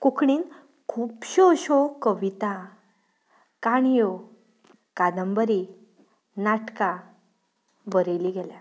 कोंकणींत खुबश्यो अश्यो कविता काणयो कादंबरी नाटकां बरयल्लीं घेल्यांत